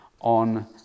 on